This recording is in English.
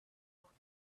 not